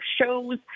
shows